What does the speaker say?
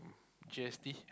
G_S_T